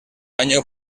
año